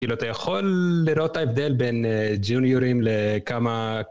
כאילו, אתה יכול לראות הבדל בין ג'וניורים לכמה...